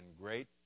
great